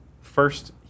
first